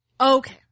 Okay